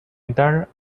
entire